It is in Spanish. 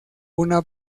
una